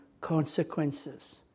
consequences